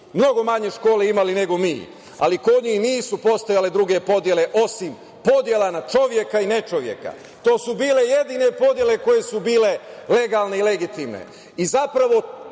mnogo manje škole imali nego mi, ali kod njih nisu postojale druge podele, osim podela na čoveka i nečoveka. To su bile jedine podele koje su bile legalne i legitimne.